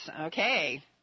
okay